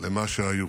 למה שהיו.